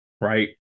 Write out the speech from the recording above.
Right